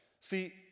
See